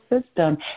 system